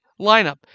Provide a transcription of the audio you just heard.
lineup